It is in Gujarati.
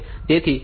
તેથી આ બંને છે